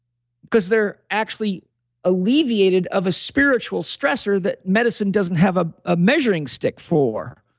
because they're actually alleviated of a spiritual stressor that medicine doesn't have ah a measuring stick for